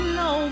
no